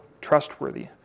trustworthy